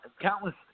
countless